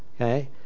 Okay